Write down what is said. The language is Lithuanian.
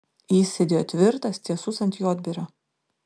jis sėdėjo tvirtas tiesus ant juodbėrio